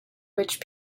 which